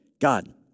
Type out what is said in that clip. God